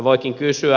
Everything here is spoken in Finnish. voikin kysyä